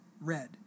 red